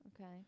Okay